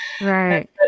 Right